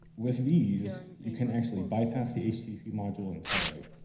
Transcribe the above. with these, you can actually bypass the http module entirely.